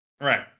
Right